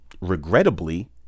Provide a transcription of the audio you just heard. regrettably